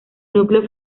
núcleo